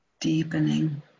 deepening